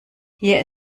hier